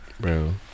Bro